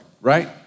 right